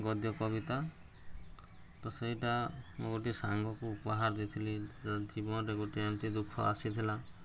ଗଦ୍ୟ କବିତା ତ ସେଇଟା ମୁଁ ଗୋଟଏ ସାଙ୍ଗକୁ ଉପହାର ଦେଇଥିଲି ଜୀବନରେ ଗୋଟେ ଏମିତି ଦୁଃଖ ଆସିଥିଲା